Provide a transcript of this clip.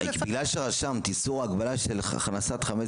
בגלל שרשמת: איסור הגבלה של הכנסת חמץ